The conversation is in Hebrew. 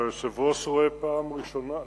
והיושב-ראש רואה פעם ראשונה,